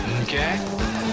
Okay